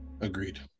Agreed